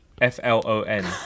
F-L-O-N